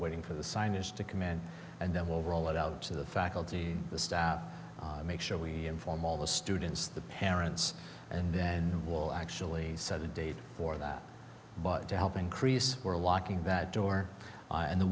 waiting for the signage to command and then we'll roll it out to the faculty the staff make sure we inform all the students the parents and then we will actually set a date for that but to help increase we're locking that door and the